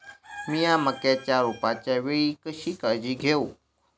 मीया मक्याच्या रोपाच्या वेळी कशी काळजी घेव?